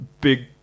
big